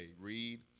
Read